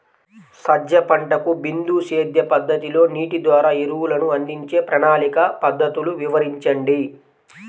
సజ్జ పంటకు బిందు సేద్య పద్ధతిలో నీటి ద్వారా ఎరువులను అందించే ప్రణాళిక పద్ధతులు వివరించండి?